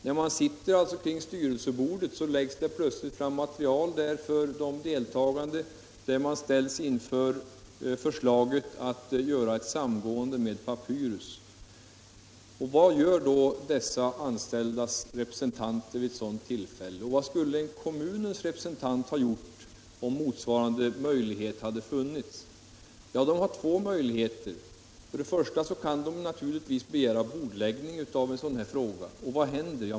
När man satt kring styrelsebordet lades det plötsligt fram ett förslag för de deltagande att ta ställning till som gällde samgående med Papyrus. Vad gör då de anställdas representanter i en sådan situation? Och vad skulle kommunens representant ha gjort? Ja, det finns två möjligheter. För det första kan man begära bordläggning av frågan. Vad händer då?